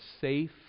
safe